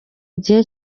gihe